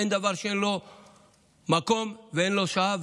אין דבר שאין לו מקום ואין לו שעה,